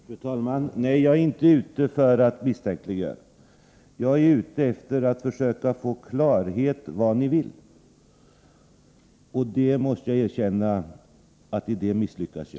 Fru talman! Nej, jag är inte ute efter att misstänkliggöra någon. Jag är ute efter att försöka få klarhet i vad ni vill. I det misslyckas jag, måste jag erkänna.